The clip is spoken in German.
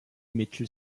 mittel